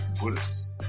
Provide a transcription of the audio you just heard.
Buddhists